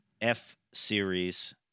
F-Series